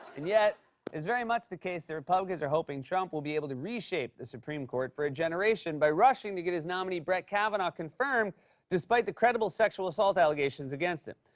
and yet it's very much the case that republicans are hoping trump will be able to reshape the supreme court for a generation by rushing to get his nominee brett kavanaugh confirmed despite the credible sexual-assault allegations against him.